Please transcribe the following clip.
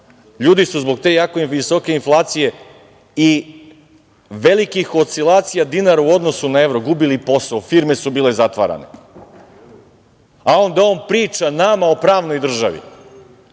ljudi su zbog te jako visoke inflacije i velikih oscilacija dinara u odnosu na evro gubili posao, firme su bile zatvarane, a onda on priča nama o pravnoj državi,